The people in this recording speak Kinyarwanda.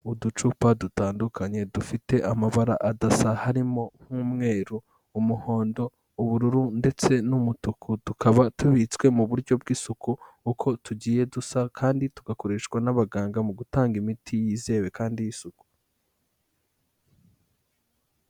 Uducupa dutandukanye dufite amabara adasa harimo nk'umweru, umuhondo, ubururu ndetse n'umutuku, tukaba tubitswe mu buryo bw'isuku uko tugiye dusa kandi tugakoreshwa n'abaganga mu gutanga imiti yizewe kandi y'isuku.